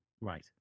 right